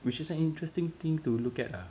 which is an interesting thing to look at ah